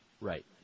Right